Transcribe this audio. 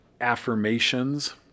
affirmations